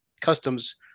customs